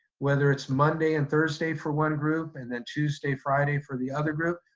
whether it's monday and thursday for one group and then tuesday friday for the other group,